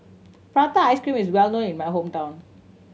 prata ice cream is well known in my hometown